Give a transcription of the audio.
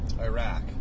Iraq